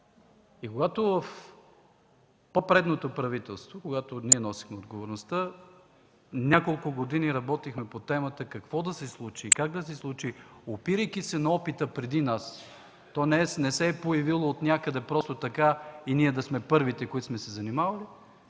тема. В пó предното правителство, когато ние носихме отговорността, няколко години работихме по темата какво и как да се случи, опирайки се на опита преди нас. То не се е появило отнякъде просто така и ние да сме първите, които сме се занимавали.